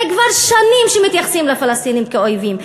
זה כבר שנים שמתייחסים לפלסטינים כאל אויבים.